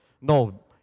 No